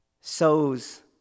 sows